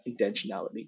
intentionality